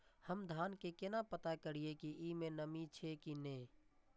हम धान के केना पता करिए की ई में नमी छे की ने?